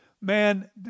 Man